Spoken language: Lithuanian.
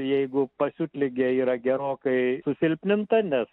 jeigu pasiutligė yra gerokai susilpninta nes